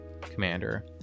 commander